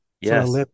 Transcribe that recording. yes